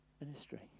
ministry